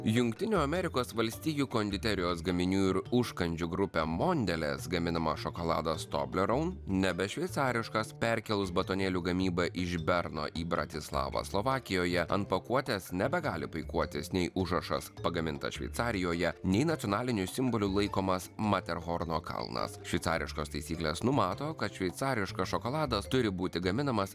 jungtinių amerikos valstijų konditerijos gaminių ir užkandžių grupė mondeles gaminama šokoladą toblerau nebešveicariškas perkėlus batonėlių gamybą iš berno į bratislavą slovakijoje ant pakuotės nebegali puikuotis nei užrašas pagaminta šveicarijoje nei nacionaliniu simboliu laikomas materchorno kalnas šveicariškos taisyklės numato kad šveicariškas šokoladas turi būti gaminamas